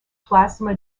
plasma